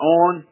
on